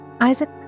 Isaac